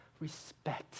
respect